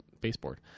baseboard